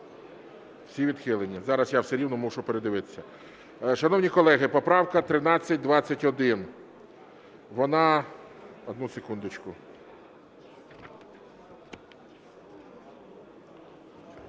Всі відхилені. Зараз я все рівно мушу передивитися. Шановні колеги, поправка 1321, вона... Одну секундочку.